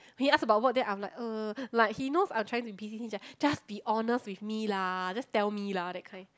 he asked about work then I was like uh like he knows I'm trying to beat him sia just be honest with me lah just tell me lah that kind